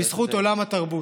בזכות עולם התרבות.